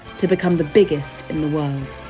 to become the biggest in the world